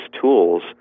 tools